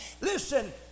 listen